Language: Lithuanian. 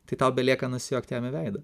tai tau belieka nusijuokt jam į veidą